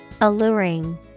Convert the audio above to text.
Alluring